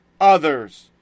Others